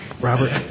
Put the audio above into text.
Robert